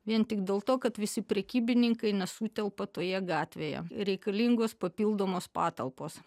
vien tik dėl to kad visi prekybininkai nesutelpa toje gatvėje reikalingos papildomos patalpos